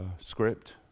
script